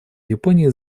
японии